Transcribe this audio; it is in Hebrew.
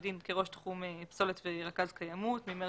ראש תחום פסולת ורכז קיימות בעמותת אדם טבע ודין